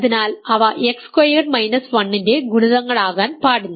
അതിനാൽ അവ x squared minus 1 ന്റെ ഗുണിതങ്ങൾ ആകാൻ പാടില്ല